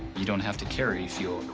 you don't have to carry fuel.